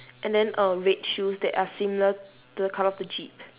and then err red shoes that are similar to the colour of the jeep